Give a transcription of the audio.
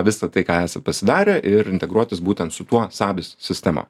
visa tai ką esat pasidarę ir integruotis būtent su tuo sabis sistema